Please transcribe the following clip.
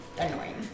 annoying